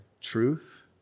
truth